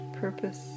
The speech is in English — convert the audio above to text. purpose